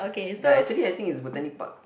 no actually I think it's Botanic Park